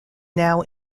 now